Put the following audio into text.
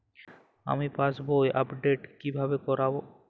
আমি পাসবই আপডেট কিভাবে করাব?